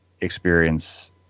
experience